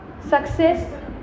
Success